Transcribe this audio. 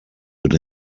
but